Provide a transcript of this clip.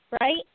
Right